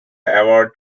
award